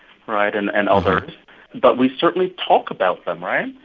right? and and others. but we certainly talk about them, right?